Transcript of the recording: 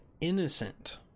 innocent